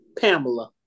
Pamela